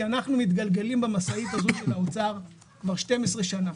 כי אנחנו מתגלגלים במשאית הזאת של האוצר כבר 12 שנים.